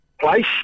place